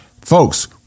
folks